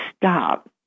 stop